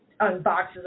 unboxes